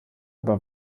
über